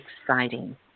exciting